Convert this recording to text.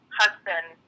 husband